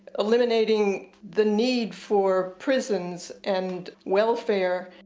eliminating the need for prisons and welfare.